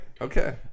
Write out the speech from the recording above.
okay